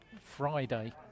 Friday